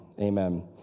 amen